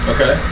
Okay